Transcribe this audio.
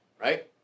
right